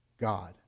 God